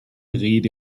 rede